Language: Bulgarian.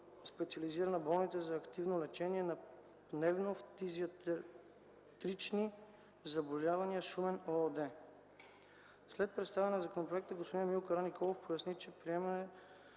„Специализирана болница за активно лечение на пневмо-фтизиатрични заболявания – Шумен” ООД. След представянето на законопроекта господин Емил Караниколов поясни, че промените